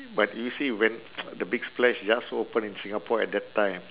but you see when the big splash just open in singapore at that time